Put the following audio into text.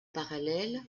parallèle